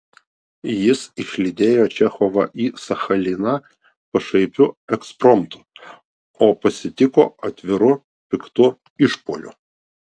jis išlydėjo čechovą į sachaliną pašaipiu ekspromtu o pasitiko atviru piktu išpuoliu